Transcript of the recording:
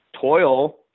toil